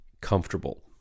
comfortable